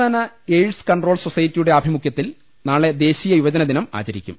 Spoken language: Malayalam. സംസ്ഥാന എയിഡ്സ് കൺട്രോൾ സൊസൈറ്റിയുടെ ആഭിമു ഖൃത്തിൽ നാളെ ദേശീയ യുവജനദിനം ആചരിക്കും